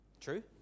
True